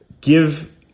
Give